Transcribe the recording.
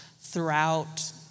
throughout